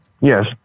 Yes